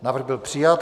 Návrh byl přijat.